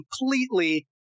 completely